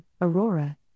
Aurora